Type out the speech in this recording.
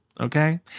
okay